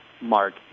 Mark